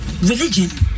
religion